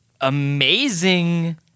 amazing